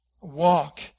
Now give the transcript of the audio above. walk